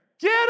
get